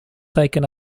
taken